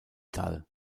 tal